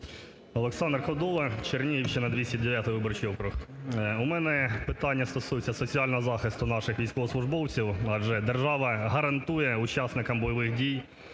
Олександр Кодола, Чернігівщина, 209-й виборчий округ. У мене питання стосується соціального захисту наших військовослужбовців, адже держава гарантує учасникам бойових дій